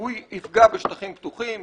הוא יפגע בשטחים פתוחים וירוקים,